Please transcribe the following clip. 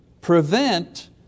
prevent